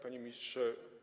Panie Ministrze!